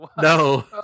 No